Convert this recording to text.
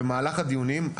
במהלך הדיונים,